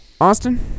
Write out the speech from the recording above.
austin